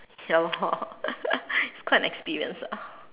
ya lor it's quite an experience lah